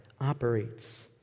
operates